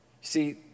See